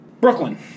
Brooklyn